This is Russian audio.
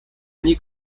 они